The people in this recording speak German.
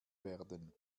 werden